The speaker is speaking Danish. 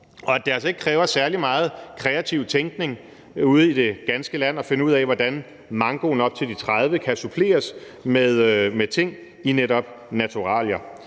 og at det altså ikke kræver særlig meget kreativ tænkning ude i det ganske land at finde ud af, hvordan mankoen op til de 30.000 kr. kan suppleres med ting i netop naturalier.